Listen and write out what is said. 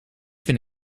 vind